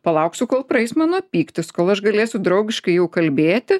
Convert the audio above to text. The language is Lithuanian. palauksiu kol praeis mano pyktis kol aš galėsiu draugiškai jau kalbėti